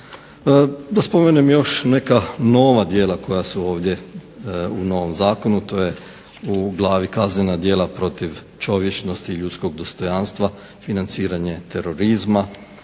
Da spomenem još neka nova djela koja su ovdje u novom zakonu to je u glavi - Kaznena djela protiv čovječnosti i ljudskog dostojanstva, financiranje terorizma,